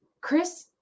Chris